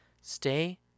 Stay